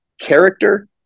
character